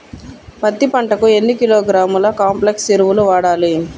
పత్తి పంటకు ఎన్ని కిలోగ్రాముల కాంప్లెక్స్ ఎరువులు వాడాలి?